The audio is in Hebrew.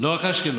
לא רק אשקלון.